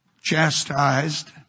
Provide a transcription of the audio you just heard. chastised